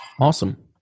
awesome